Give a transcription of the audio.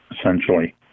essentially